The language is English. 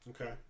okay